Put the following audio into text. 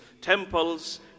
temples